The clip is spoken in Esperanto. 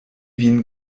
vin